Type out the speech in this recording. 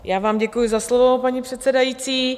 Já vám děkuji za slovo, paní předsedající.